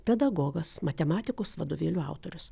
pedagogas matematikos vadovėlių autorius